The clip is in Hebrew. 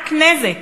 רק נזק.